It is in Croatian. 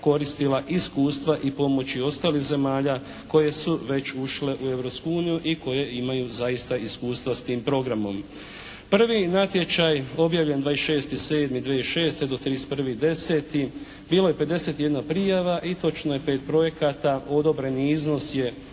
koristila iskustva i pomoći ostalih zemalja koje su već ušle u Europsku uniju i koje imaju zaista iskustva s tim programom. Prvi natječaj objavljen 26.7.2006. do 31.10. bilo je 51 prijava i točno je pet projekata, odobreni iznos je